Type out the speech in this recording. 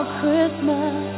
Christmas